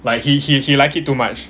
like he he he like it too much